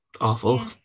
awful